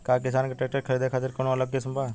का किसान के ट्रैक्टर खरीदे खातिर कौनो अलग स्किम बा?